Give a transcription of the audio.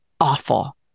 awful